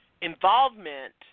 involvement